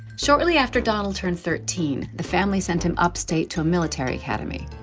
shortly after donald turned thirteen the family sent him upstate to a military academy.